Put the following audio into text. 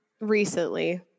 recently